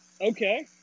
Okay